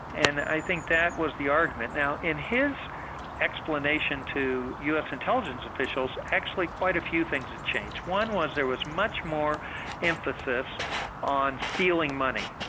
and i think that was the argument. now in his explanation to us intelligence officials, actually quite a few things had changed. one was there was much more emphasis on stealing money,